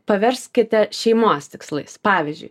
paverskite šeimos tikslais pavyzdžiui